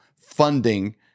funding